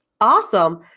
Awesome